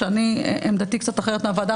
עמדתי קצת אחרת מהוועדה,